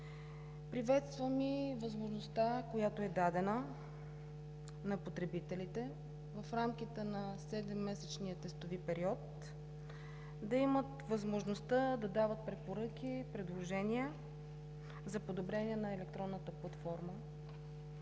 Приветствам и възможността, която е дадена на потребителите, в рамките на 7-месечния тестови период да имат възможността да дадат препоръки и предложения за подобрение на електронната платформа.